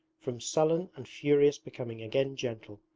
from sullen and furious becoming again gentle,